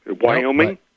Wyoming